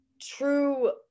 true